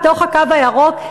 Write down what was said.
בתוך הקו הירוק,